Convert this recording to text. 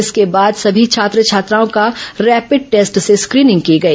इसके बाद सभी छात्र छात्राओं का रैपिड टेस्ट से स्क्रीनिंग की गई